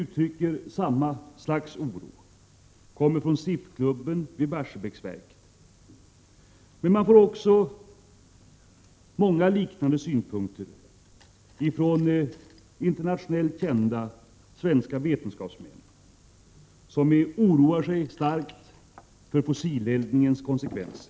Uttryck för samma slags oro har kommit från företrädare för SIF-klubben vid Barsebäcksverket. Liknande synpunkter har också kommit från internationellt kända svenska vetenskapsmän. De oroar sig starkt för fossileldningens konsekvenser.